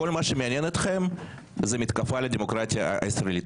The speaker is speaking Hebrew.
כל מה שמעניין אתכם זה מתקפה כל הדמוקרטיה הישראלית.